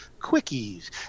Quickies